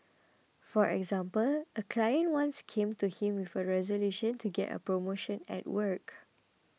for example a client once came to him with a resolution to get a promotion at work